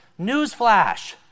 Newsflash